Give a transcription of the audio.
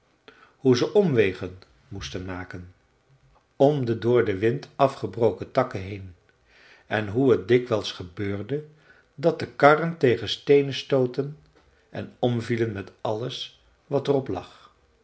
hoe ze omwegen moesten maken om de door den wind afgebroken takken heen en hoe t dikwijls gebeurde dat de karren tegen steenen stootten en omvielen met alles wat er op lag